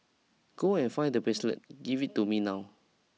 go and find the bracelet give it to me now